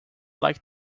like